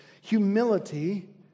humility